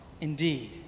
indeed